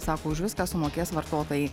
sako už viską sumokės vartotojai